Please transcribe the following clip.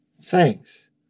thanks